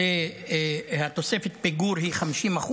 תוספת הפיגור היא 50%,